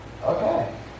Okay